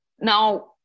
Now